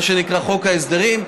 מה שנקרא חוק ההסדרים,